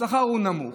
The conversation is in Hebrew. השכר הוא נמוך,